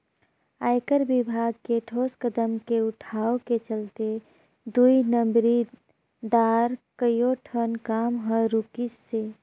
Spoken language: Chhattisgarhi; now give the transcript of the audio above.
आयकर विभाग के ठोस कदम के उठाव के चलते दुई नंबरी दार कयोठन काम हर रूकिसे